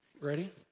Ready